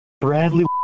Bradley